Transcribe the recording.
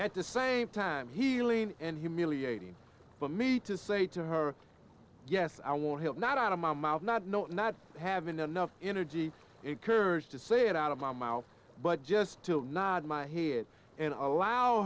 at the same time healing and humiliating for me to say to her yes i want help not out of my mouth not no not having enough energy it curves to say it out of my mouth but just to nod my head and